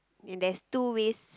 and there's two waist